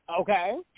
Okay